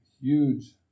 huge